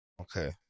Okay